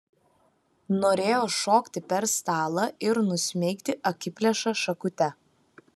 norėjo šokti per stalą ir nusmeigti akiplėšą šakute